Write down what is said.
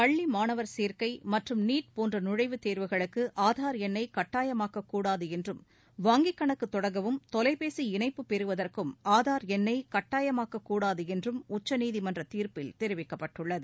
பள்ளி மாணவர் சேர்க்கை மற்றும் நீட் போன்ற நுழைவுத் தேர்வுகளுக்கு ஆதார் எண்ணை கட்டாயமாக்கக் கூடாது என்றும் வங்கிக் கணக்குத் தொடங்கவும் தொலைபேசி இணைப்பு பெறுவதற்கும் ஆதார் எண்ணை கட்டாயமாக்கக் கூடாது என்றும் உச்சநீதிமன்றத் தீர்ப்பில் தெரிவிக்கப்பட்டுள்ளது